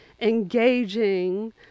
engaging